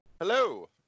Hello